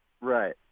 Right